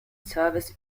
service